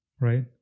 right